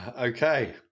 Okay